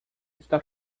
está